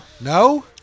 No